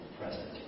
present